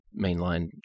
mainline